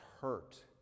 hurt